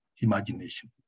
imagination